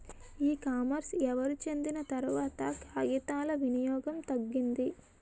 ఈ కామర్స్ ఎవరు చెందిన తర్వాత కాగితాల వినియోగం తగ్గింది